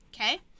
okay